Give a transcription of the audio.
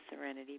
Serenity